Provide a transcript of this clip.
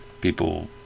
People